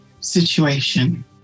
situation